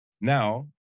now